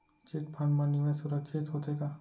Chit fund मा निवेश सुरक्षित होथे का?